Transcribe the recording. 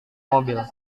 mobil